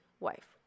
Wife